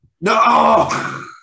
no